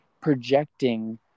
projecting